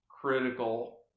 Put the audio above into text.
critical